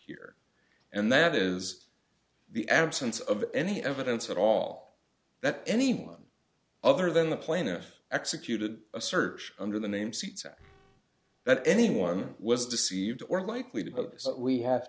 here and that is the absence of any evidence at all that anyone other than the plaintiff executed a search under the name seats at that anyone was deceived or likely to but we have